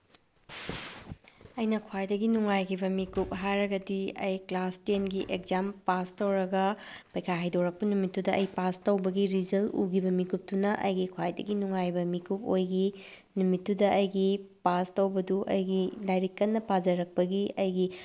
ꯑꯩꯅ ꯈ꯭ꯋꯥꯏꯗꯒꯤ ꯅꯨꯡꯉꯥꯏꯈꯤꯕ ꯃꯤꯀꯨꯞ ꯍꯥꯏꯔꯒꯗꯤ ꯑꯩ ꯀ꯭ꯂꯥꯁ ꯇꯦꯟꯒꯤ ꯑꯦꯛꯖꯥꯝ ꯄꯥꯁ ꯇꯧꯔꯒ ꯄꯩꯈꯥ ꯍꯥꯏꯗꯣꯔꯛꯄ ꯅꯨꯃꯤꯠꯇꯨꯗ ꯑꯩ ꯄꯥꯁ ꯇꯧꯕꯒꯤ ꯔꯤꯖꯜ ꯎꯈꯤꯕ ꯃꯤꯀꯨꯞꯇꯨꯅ ꯑꯩꯒꯤ ꯈ꯭ꯋꯥꯏꯗꯒꯤ ꯅꯨꯡꯉꯥꯏꯕ ꯃꯤꯀꯨꯞ ꯑꯣꯏꯈꯤ ꯅꯨꯃꯤꯠꯇꯨꯗ ꯑꯩꯒꯤ ꯄꯥꯁ ꯇꯧꯕꯗꯨ ꯑꯩꯒꯤ ꯂꯥꯏꯔꯤꯛ ꯀꯟꯅ ꯄꯥꯖꯔꯛꯄꯒꯤ ꯑꯩꯒꯤ